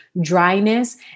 dryness